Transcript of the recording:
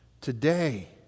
Today